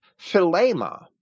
philema